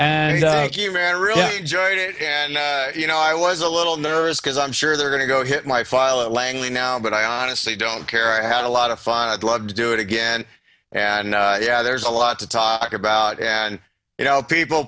he really enjoyed it and you know i was a little nervous because i'm sure they're going to go hit my file at langley now but i honestly don't care i had a lot of fun i'd love to do it again and yeah there's a lot to talk about you know people